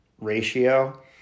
ratio